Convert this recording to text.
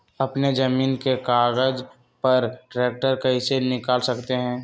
अपने जमीन के कागज पर ट्रैक्टर कैसे निकाल सकते है?